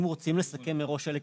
אם רוצים לסכם מראש על היקף.